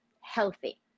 healthy